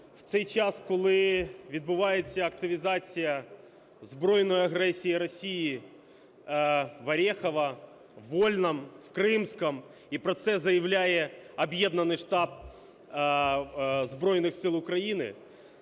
в цей час, коли відбувається активізація збройної агресії Росії в Оріховому, в Вільному, в Кримському, і про це заявляє Об'єднаний штаб Збройних Сил України,